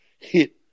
hit